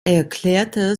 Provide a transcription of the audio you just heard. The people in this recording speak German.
erklärte